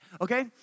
okay